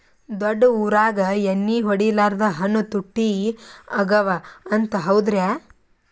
ದೊಡ್ಡ ಊರಾಗ ಎಣ್ಣಿ ಹೊಡಿಲಾರ್ದ ಹಣ್ಣು ತುಟ್ಟಿ ಅಗವ ಅಂತ, ಹೌದ್ರ್ಯಾ?